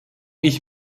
ich